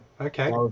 okay